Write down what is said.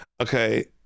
okay